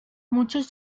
muchas